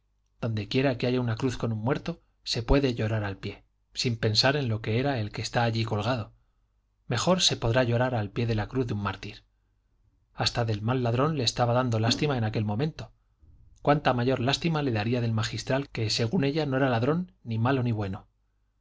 donde quiera que hay una cruz con un muerto se puede llorar al pie sin pensar en lo que era el que está allí colgado mejor se podrá llorar al pie de la cruz de un mártir hasta del mal ladrón le estaba dando lástima en aquel momento cuánta mayor lástima le daría del magistral que según ella no era ladrón ni malo ni bueno